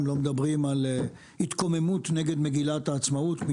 לא מדברים על התקוממות נגד מגילת העצמאות כפי